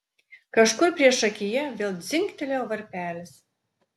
kažkur priešakyje vėl dzingtelėjo varpelis